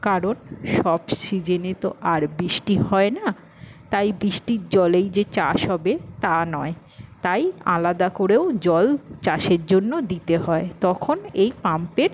কারণ সব সিজেনে তো আর বৃষ্টি হয় না তাই বৃষ্টির জলেই যে চাষ হবে তা নয় তাই আলাদা করেও জল চাষের জন্য দিতে হয় তখন এই পাম্পের